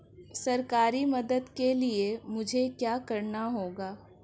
सरकारी मदद के लिए मुझे क्या करना होगा?